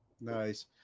Nice